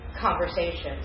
conversations